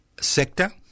sector